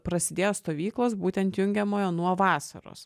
prasidėjo stovyklos būtent jungiamojo nuo vasaros